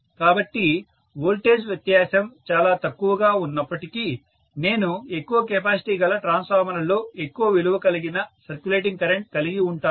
కాబట్టి వోల్టేజ్ వ్యత్యాసం చాలా తక్కువగా ఉన్నప్పటికీ నేను ఎక్కువ కెపాసిటీ గల ట్రాన్స్ఫార్మర్లలో ఎక్కువ విలువ కలిగిన సర్క్యులేటింగ్ కరెంట్ కలిగివుంటాను